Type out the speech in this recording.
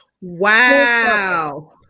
Wow